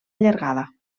llargada